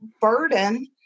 burden